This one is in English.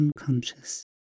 unconscious